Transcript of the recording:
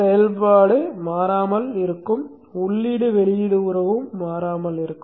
செயல்பாடு மாறாமல் உள்ளது உள்ளீடு வெளியீடு உறவும் மாறாமல் இருக்கும்